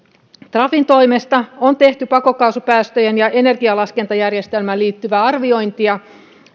trafin toimesta on tehty pakokaasupäästöjen ja energiankulutuksen laskentajärjestelmään liittyvää arviointia